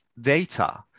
data